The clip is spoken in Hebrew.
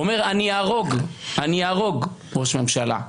הוא אומר: אני אהרוג ראש ממשלה.